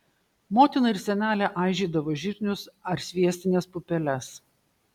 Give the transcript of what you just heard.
motina ir senelė aižydavo žirnius ar sviestines pupeles